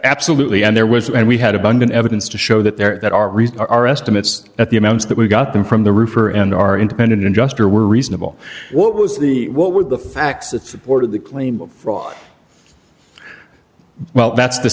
absolutely and there was and we had abundant evidence to show that there that our reason our estimates at the amounts that we got them from the roofer and our independent juster were reasonable what was the what would the facts that supported the claim of fraud well that's the